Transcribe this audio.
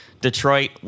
Detroit –